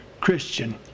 Christian